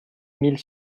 mille